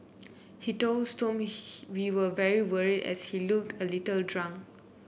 he told Stomp we were very worried as he looked a little drunk